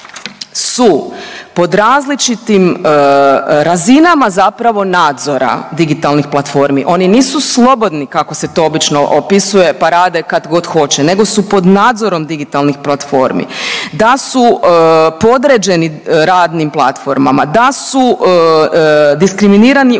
su pod različitim razinama zapravo nadzora digitalnih platformi, oni nisu slobodni kako se to obično opisuje, pa rade kad god hoće, nego su pod nadzorom digitalnih platformi, da su podređeni radnim platformama, da su diskriminirani u pogledu